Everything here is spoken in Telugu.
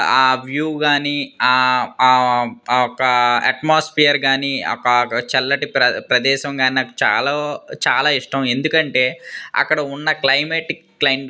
ఆ వ్యూ గానీ ఆ యొక్క ఎట్మాస్పియర్ గానీ ఆ యొక్క చల్లటి ప్ర ప్రదేశంగానీ నాకు చాలా చాలా ఇష్టం ఎందుకంటే అక్కడ ఉన్న క్లైమెటిక్ కండీ